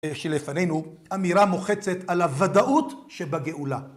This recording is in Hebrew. שלפנינו אמירה מוחצת על הוודאות שבגאולה.